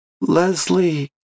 Leslie